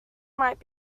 might